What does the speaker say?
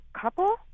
couple